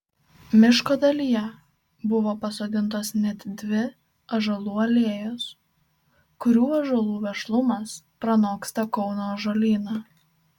miško dalyje buvo pasodintos net dvi ąžuolų alėjos kurių ąžuolų vešlumas pranoksta kauno ąžuolyną